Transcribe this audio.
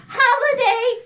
holiday